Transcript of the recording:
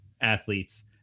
athletes